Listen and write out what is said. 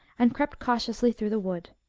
and crept cautiously through the wood.